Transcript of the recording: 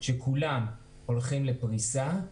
שכולם הולכים לפריסה.